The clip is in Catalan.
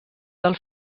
del